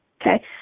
Okay